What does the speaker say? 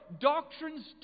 doctrines